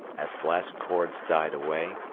as the last chords died away,